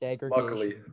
Luckily